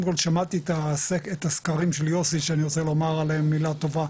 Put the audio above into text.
שמעתי את הסקרים של יוסי שאני רוצה לומר עליהם מילה טובה,